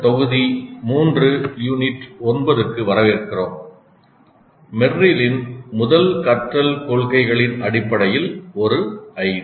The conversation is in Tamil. தொகுதி 3 யூனிட் 9 க்கு வரவேற்கிறோம் மெர்லின் முதல் கற்றல் கொள்கைகளின் அடிப்படையில் ஒரு ஐடி